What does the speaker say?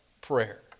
prayer